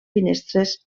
finestres